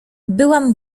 byłam